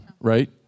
Right